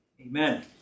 amen